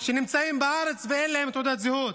שנמצאים בארץ ואין להם תעודת זהות,